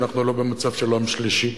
ואנחנו לא במצב של עולם שלישי.